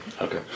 Okay